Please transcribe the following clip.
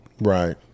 Right